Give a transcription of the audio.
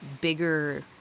bigger